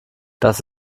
dass